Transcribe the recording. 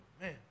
man